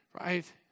Right